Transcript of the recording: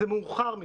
זה מאוחר מדי.